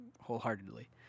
wholeheartedly